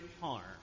harm